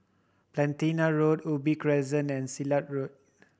Platina Road Ubi Crescent and Silat Road